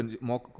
more